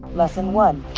lesson one,